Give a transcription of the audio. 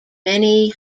many